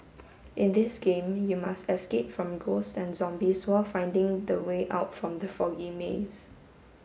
in this game you must escape from ghosts and zombies while finding the way out from the foggy maze